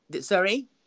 sorry